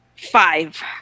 five